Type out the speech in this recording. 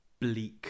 bleak